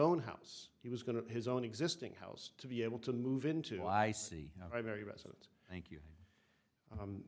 own house he was going to his own existing house to be able to move into i see very residence thank you